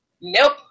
Nope